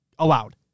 Allowed